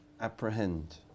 apprehend